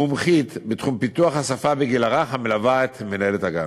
מומחית בתחום פיתוח השפה בגיל הרך המלווה את מנהלת הגן.